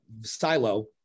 silo